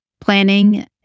planning